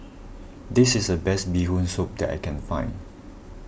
this is the best Bee Hoon Soup that I can find